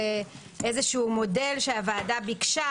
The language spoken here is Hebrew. זה איזשהו מודל שהוועדה ביקשה,